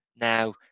Now